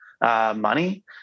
money